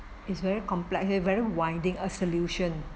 it's very complex here very winding a solution